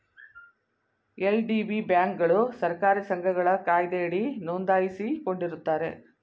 LDB ಬ್ಯಾಂಕ್ಗಳು ಸಹಕಾರಿ ಸಂಘಗಳ ಕಾಯ್ದೆಯಡಿ ನೊಂದಾಯಿಸಿಕೊಂಡಿರುತ್ತಾರೆ